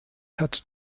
hat